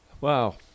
Wow